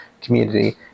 community